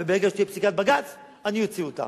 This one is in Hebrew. וברגע שתהיה פסיקת בג"ץ אני אוציא אותם.